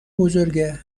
بزرگه